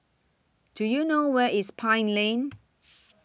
Do YOU know Where IS Pine Lane